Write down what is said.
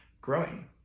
Growing